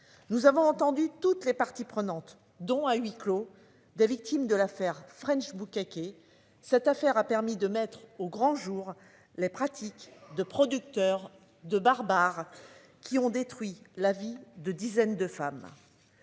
Nous avons entendu toutes les parties prenantes dont à huis clos des victimes de l'affaire French Bukkake et cette affaire a permis de mettre au grand jour les pratiques de producteurs de barbares qui ont détruit la vie de dizaines de femmes.